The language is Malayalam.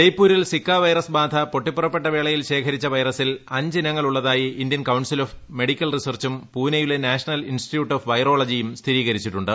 ജയ്പൂരിൽ സിക്ക വൈറസ് ബാധ പൊട്ടിപ്പുർട്ട്പെട്ട വേളയിൽ ശേഖരിച്ച വൈറസിൽ അഞ്ച് ഇനങ്ങൾ ഉള്ളതായി ഇന്ത്യൻ കൌൺസിൽ ഓഫ് മെഡിക്കൽ റിസർച്ചും പൂനെയിലെ നാഷണൽ ഇൻസ്റ്റിറ്റ്യൂട്ട് ഓഫ് വൈറോളജിയും സ്ഥിരീകരിച്ചിട്ടുണ്ട്